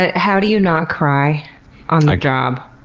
ah how do you not cry on the job?